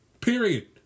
period